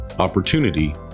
Opportunity